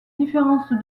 différence